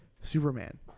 Superman